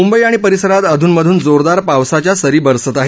मुंबई आणि परिसरात अधूनमधून जोरदार पावसाच्या सरी बरसत आहेत